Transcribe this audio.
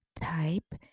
type